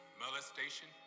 molestation